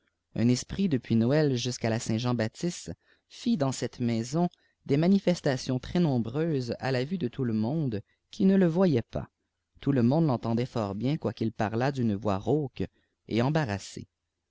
un esprit depuis noël jusqu'à la saint jean baptiste fit dans cette maison des manifestationstrès nombreuses à la vue de tout le monde qui ne le voyait pas tout le monde rentendait fort bien quoiqu'il parlât d'une voix rauque et embarrassée